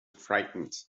frightened